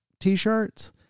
t-shirts